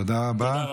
תודה רבה.